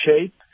shape